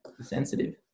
Sensitive